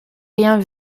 rien